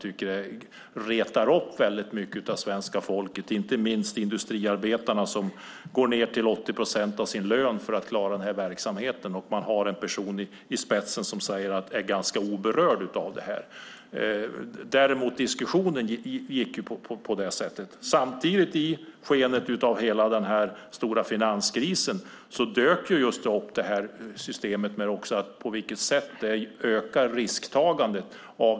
Det retar upp en stor del av svenska folket, inte minst de industriarbetare som går ned till 80 procent av sin lön för att klara verksamheten och samtidigt har en person i spetsen som är ganska oberörd av det hela. Diskussionen gick på det sättet. Samtidigt, i skeendet av hela den stora finanskrisen, dök systemet upp när det gäller på vilket sätt risktagandet ökar.